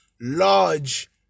large